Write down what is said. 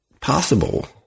possible